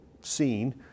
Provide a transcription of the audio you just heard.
seen